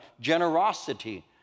generosity